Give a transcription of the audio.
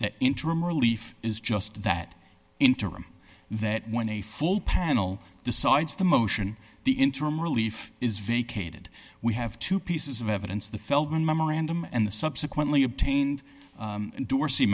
that interim relief is just that interim that when a full panel decides the motion the interim relief is vacated we have two pieces of evidence the feldman memorandum and the subsequently obtained